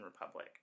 Republic